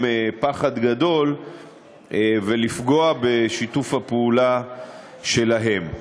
פחד גדול ולפגוע בשיתוף הפעולה שלהם.